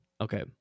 Okay